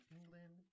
England